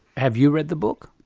have you read the book?